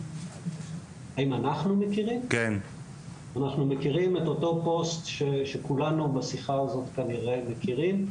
אנחנו מכירים את אותו פוסט שכולנו בשיחה הזאת כנראה מכירים.